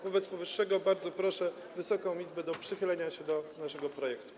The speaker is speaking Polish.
Wobec powyższego bardzo proszę Wysoką Izbę o przychylenie się do naszego projektu.